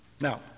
Now